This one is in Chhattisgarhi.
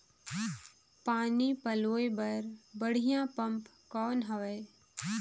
पानी पलोय बर बढ़िया पम्प कौन हवय?